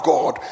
God